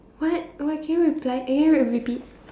what what can you reply eh can you repeat